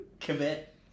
commit